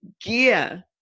gear